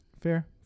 Fair